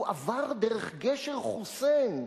הוא עבר דרך גשר חוסיין,